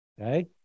Okay